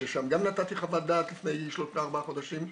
ששם גם נתתי חוות דעת לפני 3-4 חודשים,